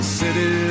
city